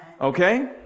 Okay